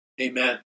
Amen